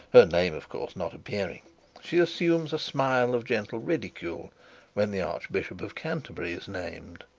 her name of course not appearing she assumes a smile of gentle ridicule when the archbishop of canterbury is named,